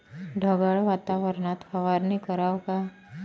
ढगाळ वातावरनात फवारनी कराव का?